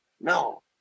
no